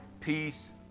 peace